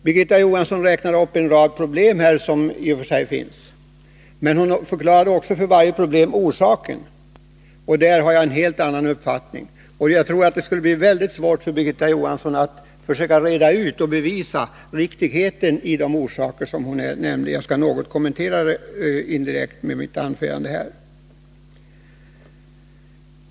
Birgitta Johansson räknade upp en rad problem, som i och för sig finns. Hon förklarade också orsaken till varje problem. Där har jag en helt annan uppfattning. Jag tror att det skulle bli svårt för Birgitta Johansson att försöka bevisa riktigheten i de orsaker hon här nämnde. Jag skall senare i mitt anförande indirekt något kommentera det hon sade.